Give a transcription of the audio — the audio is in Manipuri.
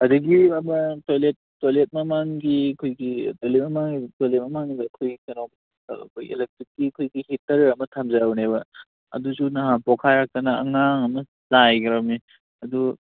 ꯑꯗꯒꯤ ꯑꯃ ꯇꯣꯏꯂꯦꯠ ꯃꯃꯥꯡꯒꯤ ꯑꯩꯈꯣꯏꯒꯤ ꯇꯣꯏꯂꯦꯠ ꯃꯃꯥꯡꯒꯤꯗ ꯑꯩꯈꯣꯏꯒꯤ ꯑꯦꯂꯦꯛꯇ꯭ꯔꯤꯛꯀꯤ ꯑꯩꯈꯣꯏ ꯍꯤꯇꯔ ꯑꯃ ꯊꯝꯖꯕꯅꯦꯕ ꯑꯗꯨꯁꯨ ꯅꯍꯥꯟ ꯄꯣꯛꯈꯥꯏꯔꯛꯇꯅ ꯉꯔꯥꯡ ꯑꯃ ꯆꯥꯏꯈ꯭ꯔꯕꯅꯤ ꯑꯗꯨ